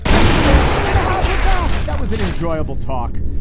i've been saying i've got to have her back. that was an enjoyable talk.